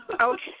Okay